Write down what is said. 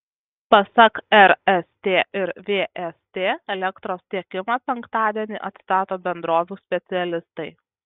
pasak rst ir vst elektros tiekimą penktadienį atstato bendrovių specialistai